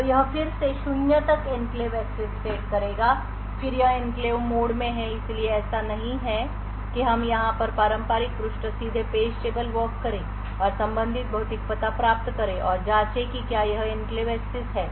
तो यह फिर से शून्य तक एन्क्लेव एक्सेस सेट करेगा फिर यह एन्क्लेव मोड में है इसलिए ऐसा नहीं है कि हम यहां पर पारंपरिक पृष्ठ सीधे पेज टेबल वॉक करें और संबंधित भौतिक पता प्राप्त करें और जांचें कि क्या यह एन्क्लेव एक्सेस है